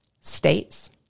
states